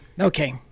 Okay